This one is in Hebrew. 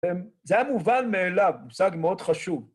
זה היה מובן מאליו, פסק מאוד חשוב.